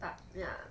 park ya